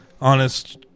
honest